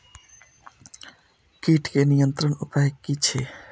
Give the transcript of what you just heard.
कीटके नियंत्रण उपाय कि छै?